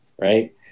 right